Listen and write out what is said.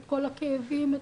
כל הכאבים,